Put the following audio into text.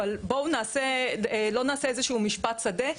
אבל בואו לא נעשה משפט שדה.